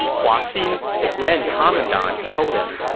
hua xin, the grand commandant, told him,